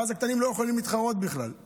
ואז הקטנים לא יכולים להתחרות בכלל.